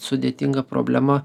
sudėtinga problema